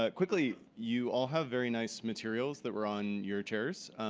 ah quickly, you all have very nice materials that were on your chairs.